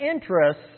interests